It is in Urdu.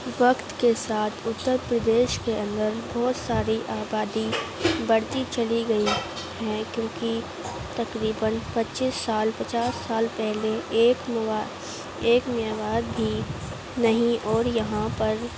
وقت کے ساتھ اتر پردیش کے اندر بہت ساری آبادی بڑھتی چلی گئی ہیں کیوں کہ تقریباً پچیس سال پچاس سال پہلے ایک موا ایک بھی نہیں اور یہاں پر